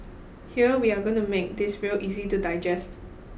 here we are gonna make this real easy to digest